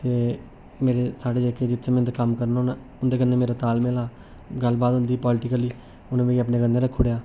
ते मेरे साढ़े जेह्के जित्थै में कम्म करना होन्नां उंदे कन्नै मेरा तालमेल हा गल्लबात होंदी ही पालटिकली उ'नें मिगी अपने कन्नै रक्खी ओड़ेआ